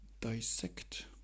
dissect